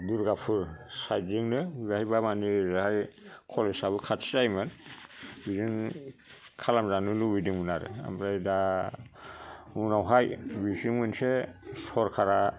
दुर्गाफुर साइथ जोंनो बाहायबा मानि ओरैहाय कलेज आबो खाथि जायोमोन बेजोंनो खालाम जानो लुबैदोंमोन आरो ओमफ्राय दा उनावहाय बिजों मोनसे सरकारआ